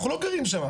אנחנו לא גרים שמה,